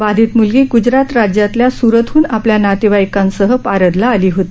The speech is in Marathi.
बाधित म्लगी गुजरात राज्यातल्या सुरतहून आपल्या नातेवाईकांसह पारधला आली होती